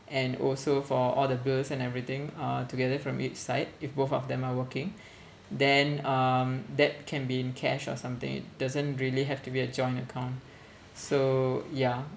and also for all the bills and everything uh together from each side if both of them are working then um that can be in cash or something it doesn't really have to be a joint account so ya